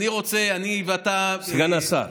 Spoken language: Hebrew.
אני רוצה, אני ואתה, סגן השר.